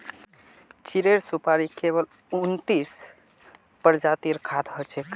चीड़ेर सुपाड़ी केवल उन्नतीस प्रजातिर खाद्य हछेक